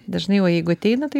dažnai o jeigu ateina tai